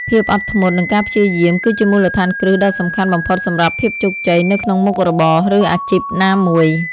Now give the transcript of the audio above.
ភាពអត់ធ្មត់ និងការព្យាយាម គឺជាមូលដ្ឋានគ្រឹះដ៏សំខាន់បំផុតសម្រាប់ភាពជោគជ័យនៅក្នុងមុខរបរ ឬអាជីពណាមួយ។